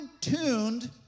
tuned